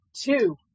Two